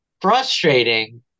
frustrating